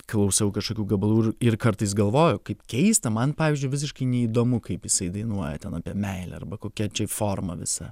klausau kažkokių gabalų ir ir kartais galvoju kaip keista man pavyzdžiui visiškai neįdomu kaip jisai dainuoja ten apie meilę arba kokia čia forma visa